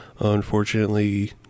unfortunately